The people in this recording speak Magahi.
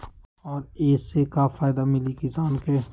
और ये से का फायदा मिली किसान के?